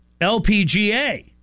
LPGA